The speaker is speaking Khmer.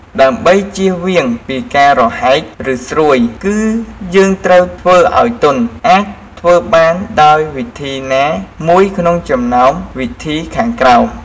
ដើម្បីជៀសវាងពីការរហែកឬស្រួយ គឺយើងត្រូវធ្វើឱ្យទន់ អាចធ្វើបានដោយវិធីណាមួយក្នុងចំណោមវិធីខាងក្រោម។